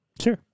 Sure